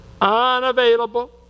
unavailable